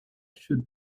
should